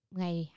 ngày